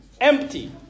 empty